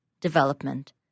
development